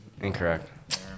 Incorrect